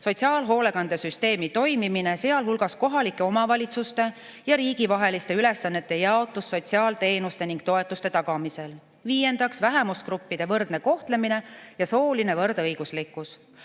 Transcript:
sotsiaalhoolekandesüsteemi toimimine, sealhulgas kohalike omavalitsuste ja riigi vaheliste ülesannete jaotus sotsiaalteenuste ja -toetuste tagamisel. Viiendaks, vähemusgruppide võrdne kohtlemine ja sooline võrdõiguslikkus.